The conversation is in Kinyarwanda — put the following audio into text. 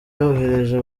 yohereje